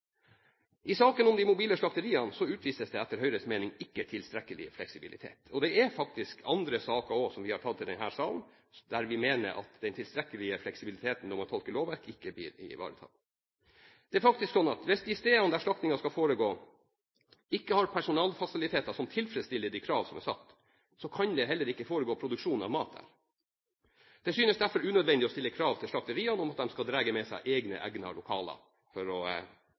I saken om de mobile slakteriene utvises det etter Høyres mening ikke tilstrekkelig fleksibilitet. Og det er faktisk også andre saker, som vi har tatt til denne salen, der vi mener at den tilstrekkelige fleksibiliteten når man tolker lovverk, ikke blir ivaretatt. Det er faktisk sånn at hvis de stedene der slaktingen skal foregå, ikke har personalfasiliteter som tilfredsstiller de krav som er satt, kan det heller ikke foregå produksjon av mat der. Det synes derfor unødvendig å stille krav til slakteriene om at de skal dra med seg egne «egnede» lokaler for å